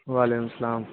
وعلیکم السلام